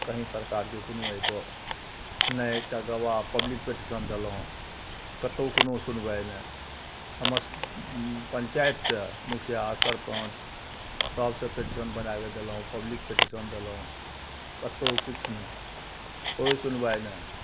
कहीँ सरकारके कोनो एहिपर नहि एकटा गवाह पबलिक पिटिशन देलहुँ कतहु कोनो सुनबाहि नहि समस्त पञ्चाइतसे मुखिआ सरपञ्च सबसे पिटिशन बनैके देलहुँ पबलिक पिटिशन देलहुँ कतहु किछु नहि कोइ सुनबाहि नहि